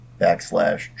backslash